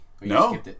No